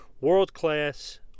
world-class